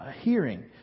hearing